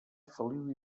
feliu